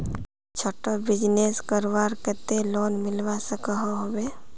छोटो बिजनेस करवार केते लोन मिलवा सकोहो होबे?